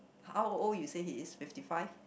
how old you said he is fifty five